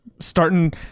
Starting